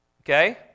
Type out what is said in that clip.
Okay